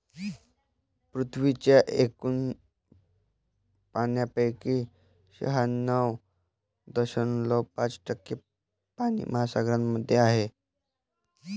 पृथ्वीच्या एकूण पाण्यापैकी शहाण्णव दशमलव पाच टक्के पाणी महासागरांमध्ये आहे